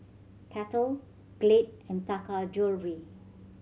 Kettle Glade and Taka Jewelry